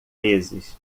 vezes